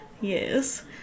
Yes